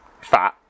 fat